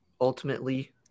ultimately